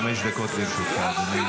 חמש דקות לרשותך.